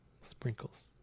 sprinkles